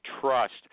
trust